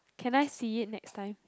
can I see it next time